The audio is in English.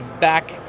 back